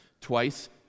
twice